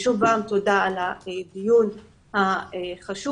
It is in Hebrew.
שוב תודה על הדיון החשוב,